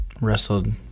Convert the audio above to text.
Wrestled